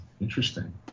interesting